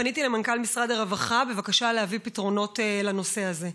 פניתי למנכ"ל משרד הרווחה בבקשה להביא פתרונות לנושא הזה.